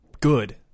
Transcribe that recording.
good